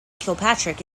kilpatrick